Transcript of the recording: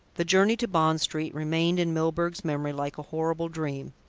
the journey to bond street remained in milburgh's memory like a horrible dream.